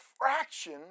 fraction